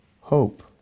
hope